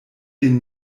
den